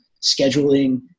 scheduling